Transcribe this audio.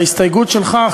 וההסתייגות שלך,